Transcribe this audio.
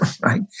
right